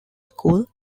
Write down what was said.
school